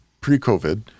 pre-covid